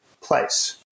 place